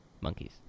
monkeys